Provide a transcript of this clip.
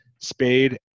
Spade